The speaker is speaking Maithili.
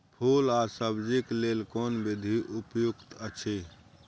फूल आ सब्जीक लेल कोन विधी उपयुक्त अछि?